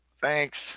Thanks